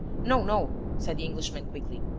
no, no, said the englishman quickly,